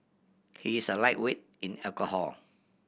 he is a lightweight in alcohol